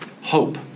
hope